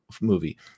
movie